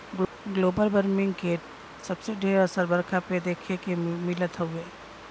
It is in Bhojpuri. ग्लोबल बर्मिंग के सबसे ढेर असर बरखा पे देखे के मिलत हउवे